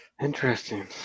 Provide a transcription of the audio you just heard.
interesting